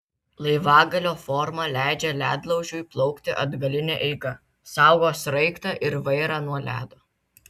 laivagalio forma leidžia ledlaužiui plaukti atgaline eiga saugo sraigtą ir vairą nuo ledo